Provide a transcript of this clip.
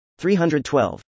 312